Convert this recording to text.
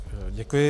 Děkuji.